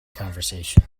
conversation